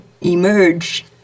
emerge